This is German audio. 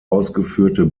ausgeführte